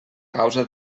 causa